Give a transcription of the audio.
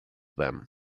them